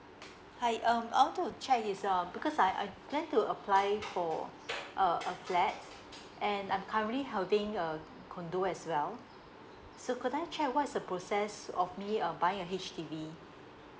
hi um I want to check is um because I I plan to apply for a a flat and I'm currently helding a condo as well so could I check what is the process of me um buying a H_D_B